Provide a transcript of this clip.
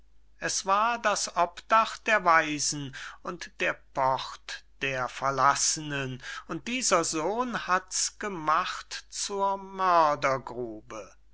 es war das obdach der waisen und der port der verlassenen und dieser sohn hats gemacht zur mördergrube